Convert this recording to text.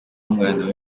umwana